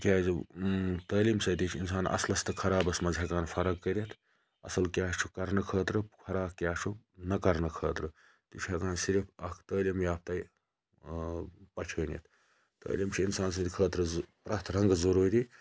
تکیازِ تعلیم سۭتی چھُ اِنسان اَصلَس تہٕ خَرابَس مَنٛز ہیٚکان فَرَق کٔرِتھ اَصل کیاہ چھُ کَرنہٕ خٲطرٕ خَراب کیاہہ چھُ نہَ کَرنہٕ خٲطرٕ تہٕ چھُ ہیٚکان صرف اکھ تعلیٖم یافتے پَہچٲنِتھ تعلیم چھِ اِنسان سٕنٛدِ ضوٚ پرٛٮ۪تھ رَنٛگہٕ ضروٗری